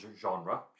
genre